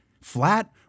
flat